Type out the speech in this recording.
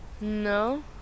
No